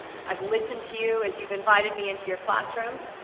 i've listened to you as you've invited me into your classrooms,